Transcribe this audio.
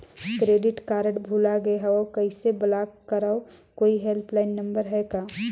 Credit card भुला गे हववं कइसे ब्लाक करव? कोई हेल्पलाइन नंबर हे का?